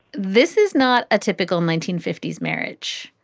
this is not a typical nineteen fifty s marriage.